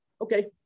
okay